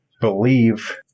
believe